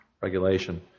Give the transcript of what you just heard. regulation